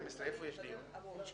הבנתי מה